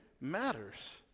matters